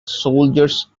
soldiers